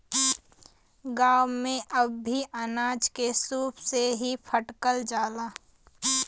गांव में अब भी अनाज के सूप से ही फटकल जाला